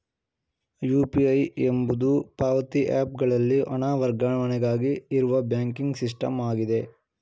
UPI ಎಂಬುದು ಪಾವತಿ app ಗಳಲ್ಲಿ ಹಣ ವರ್ಗಾವಣೆಗಾಗಿ ಇರುವ ಬ್ಯಾಂಕಿಂಗ್ ಸಿಸ್ಟಮ್ ಆಗಿದೆ